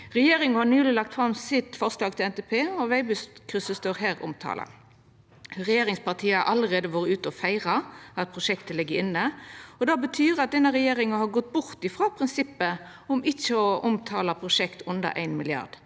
Regjeringa har nyleg lagt fram sitt forslag til NTP, og Veibustkrysset står omtala her. Regjeringspartia har allereie vore ute og feira at prosjektet ligg inne. Det betyr at denne regjeringa har gått bort frå prinsippet om ikkje å omtala prosjekt under 1 mrd.